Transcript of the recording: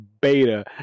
beta